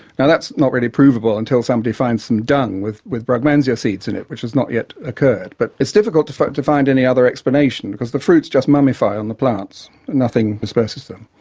yeah that's not really provable until somebody finds some dung with with brugmansia seeds in it, which has not yet occurred. but it's difficult to find to find any other explanation, because the fruits just mummify on the plants and nothing disperses them,